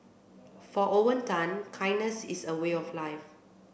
for Owen Tan kindness is a way of life